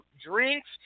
drinks